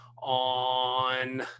On